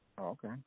Okay